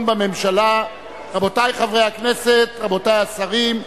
רבותי חברי הכנסת, רבותי השרים,